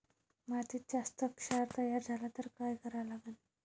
मातीत जास्त क्षार तयार झाला तर काय करा लागन?